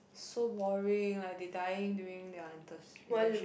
so boring like they dying during their inters~ internship